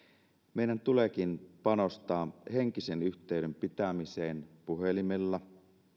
meidän tuleekin panostaa henkisen yhteyden pitämiseen puhelimella